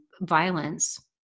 violence